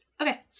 Okay